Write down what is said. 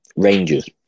Rangers